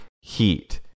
heat